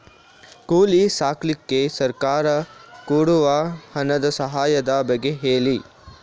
ಕೋಳಿ ಸಾಕ್ಲಿಕ್ಕೆ ಸರ್ಕಾರ ಕೊಡುವ ಹಣದ ಸಹಾಯದ ಬಗ್ಗೆ ಹೇಳಿ